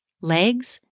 Legs